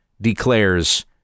declares